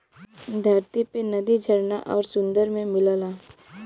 धरती पे नदी झरना आउर सुंदर में मिलला